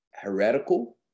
heretical